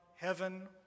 heaven